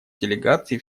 делегаций